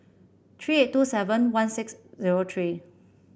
three eight two seven one six zero three